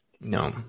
No